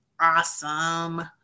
awesome